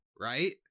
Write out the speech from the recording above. right